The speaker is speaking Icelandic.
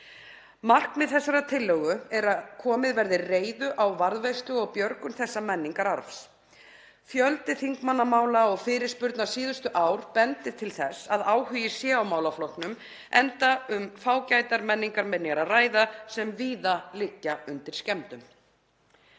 Markmið þessarar tillögu er að komið verði reiðu á varðveislu og björgun þessa menningararfs. Fjöldi þingmannamála og fyrirspurna síðustu ár bendir til þess að áhugi sé á málaflokknum enda um fágætar menningarminjar að ræða sem víða liggja undir skemmdum